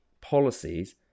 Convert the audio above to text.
policies